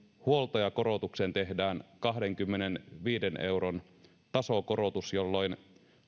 huoltajakorotukseen tehdään kahdenkymmenenviiden euron tasokorotus jolloin